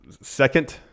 second